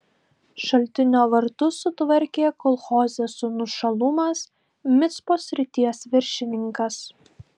šaltinio vartus sutvarkė kol hozės sūnus šalumas micpos srities viršininkas